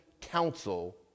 counsel